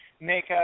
make